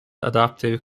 adaptive